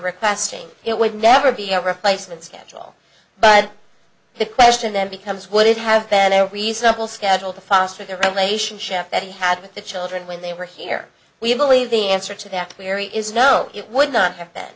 requesting it would never be a replacement schedule but the question then becomes would it have been a reasonable schedule to foster the relationship that he had with the children when they were here we believe the answer to that theory is no it would not have